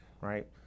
right